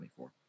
24